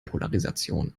polarisation